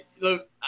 look